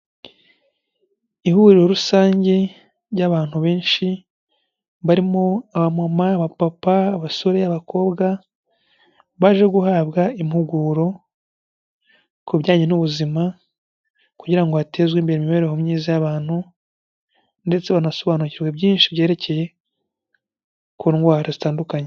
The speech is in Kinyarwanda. Ihuriro rusange ry'abantu benshi barimo aba mamama, abapapa, abasore n'abakobwa baje guhabwa impuguro ku bijyanye n'ubuzima kugira hatezwe imbere imibereho myiza y'abantu ndetse banasobanukirwa byinshi byerekeye ku ndwara zitandukanye.